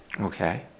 Okay